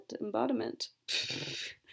embodiment